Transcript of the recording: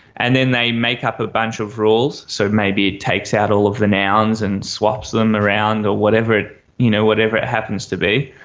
and then they make up a bunch of rules, so maybe it takes out all of the nouns and swaps them around or whatever it you know whatever it happens to be.